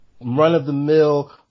run-of-the-mill